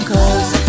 Cause